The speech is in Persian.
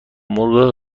مرغ